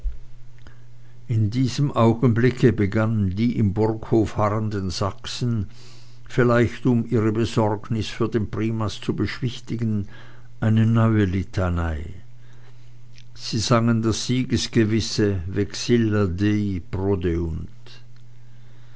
in diesem augenblicke begannen die im burghofe harrenden sachsen vielleicht um ihre besorgnis für den primas zu beschwichtigen eine neue litanei sie sangen das siegesgewisse vexilla